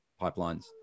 pipelines